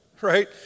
right